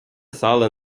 сало